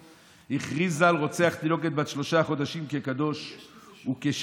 הכריזה על רוצח תינוקת בת שלושה חודשים כקדוש וכשהיד,